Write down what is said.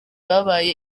babaye